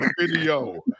video